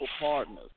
partners